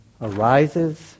arises